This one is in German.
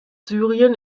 syrien